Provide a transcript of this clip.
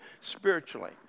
spiritually